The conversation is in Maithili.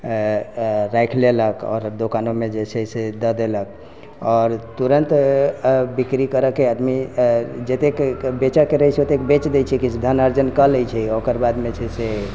राखि लेलक आओर दोकानोमे जे छै से दे देलक आओर तुरन्त बिक्री करऽके आदमी जतेक बेचऽके रहैत छै ओते बेच दै छै किछु धन अर्जन कऽ लै छै ओकर बादमे जे छै से